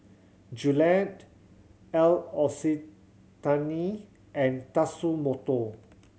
Gillette L'Occitane and Tatsumoto